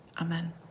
Amen